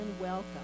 welcome